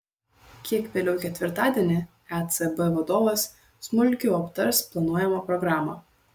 kiek vėliau ketvirtadienį ecb vadovas smulkiau aptars planuojamą programą